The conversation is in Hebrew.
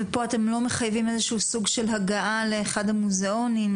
ופה אתם לא מחייבים איזשהו סוג של הגעה לאחד המוזיאונים,